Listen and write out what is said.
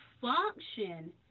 function